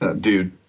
dude